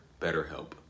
BetterHelp